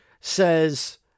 says